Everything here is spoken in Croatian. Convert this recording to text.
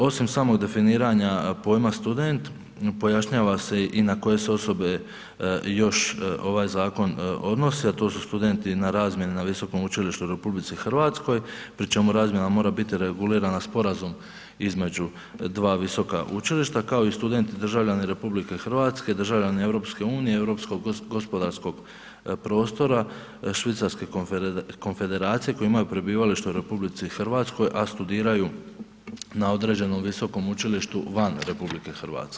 Osim samog definiranja pojma student, pojašnjava se i na koje se osobe još ovaj zakon odnosi, a to studenti na razmjeni na visokom učilištu u RH pri čemu razmjena mora biti regulirana sporazum između dva visoka učilišta, kao i studeni državljani RH, državljani EU, Europskog gospodarskog prostora, Švicarske Konfederacije koji imaju prebivalište u RH, a studiraju na određenom visokom učilištu van RH.